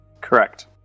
Correct